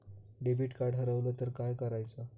Debit card हरवल तर काय करायच?